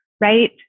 Right